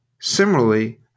Similarly